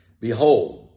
Behold